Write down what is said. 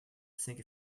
sink